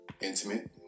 intimate